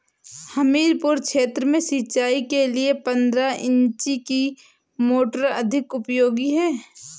हमीरपुर क्षेत्र में सिंचाई के लिए पंद्रह इंची की मोटर अधिक उपयोगी है?